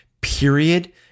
period